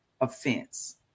offense